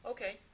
Okay